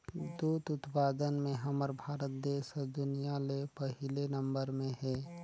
दूद उत्पादन में हमर भारत देस हर दुनिया ले पहिले नंबर में हे